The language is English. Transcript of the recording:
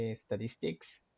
statistics